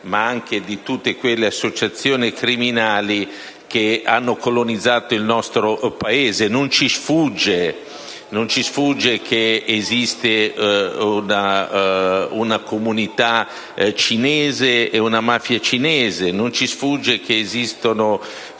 ma anche di tutte quelle associazioni criminali che hanno colonizzato il nostro Paese. Non ci sfugge che esistono una comunità cinese e una mafia cinese; non ci sfugge che la